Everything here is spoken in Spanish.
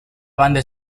banda